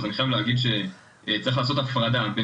אז אני חייב להגיד שצריך לעשות הפרדה בין